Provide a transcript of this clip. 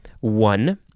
One